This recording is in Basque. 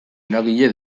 eragile